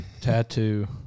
tattoo –